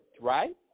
right